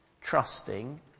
trusting